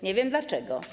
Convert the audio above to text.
Nie wiem dlaczego.